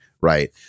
right